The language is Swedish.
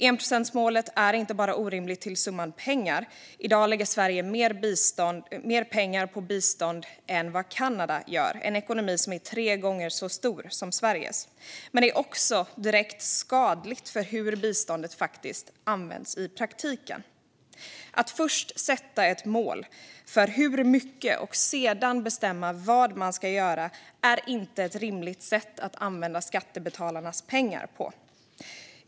Enprocentsmålet är inte bara orimligt till summan pengar - i dag lägger Sverige mer pengar på bistånd än vad Kanada, vars ekonomi är tre gånger så stor som Sveriges, gör - utan också direkt skadligt för hur biståndet faktiskt används i praktiken. Att först sätta ett mål för hur mycket och sedan bestämma vad man ska göra är inte ett rimligt sätt att använda skattebetalarnas pengar på.